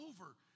over